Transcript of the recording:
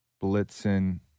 Blitzen